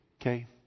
Okay